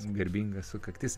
garbinga sukaktis